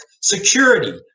security